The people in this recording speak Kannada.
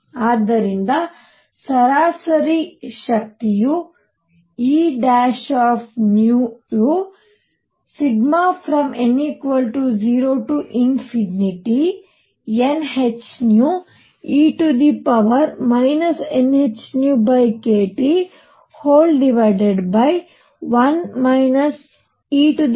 ಆದ್ದರಿಂದ ಸರಾಸರಿ ಶಕ್ತಿಯು E n0nhνe nhνkT1 e hνkT